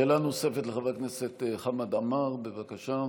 שאלה נוספת לחבר הכנסת חמד עמאר, בבקשה.